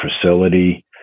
facility